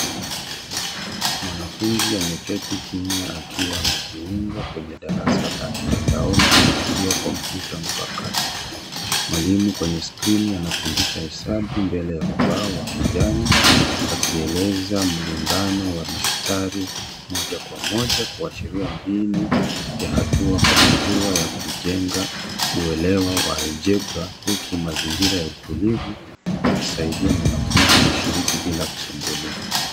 Mwanafunzi ameketi kimwa akiwa amejiunga kwenye darasa la mtandaoni kupitia kmpyuta mpakato. Mwalimu kwenye skrini anafundisha hesabu mbele wa kibao wa kijani akieleza mlingano wa mistari moja kwa moja kuashiria mbinu ya hatua kwa hatua ya kujenga kuelewa wa aljebra huku mazingira ya utulivu yakisaidia mwanafunzi kushiriki bila kusumbuliwa.